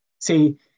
See